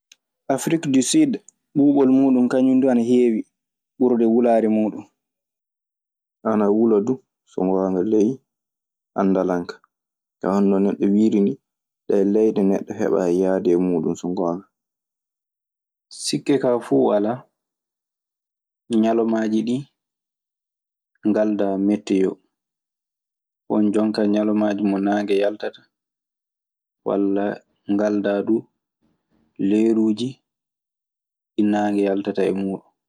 Afirike du sud ɓubol mun dun kaŋum dun ana hewi, ɓurde wulare mu dun. Ana wula duu so ngoonga ley anndal an kaa. Tawan no neɗɗo wiiri nii, ɗee leyɗe neɗɗo heɓaayi yahde e muuɗun, so ngoonga. Sikke kaa fuu walaa ñalawmaaji ɗii ngaldaa metteyoo. Won jonkaa ñalawmaaji mo naange yaltataa, walla ngaldaa du leeruuji ɗi naange yaltata e muuɗun.